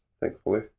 thankfully